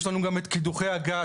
יש לנו גם את קידוחי הגז,